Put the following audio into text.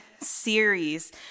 series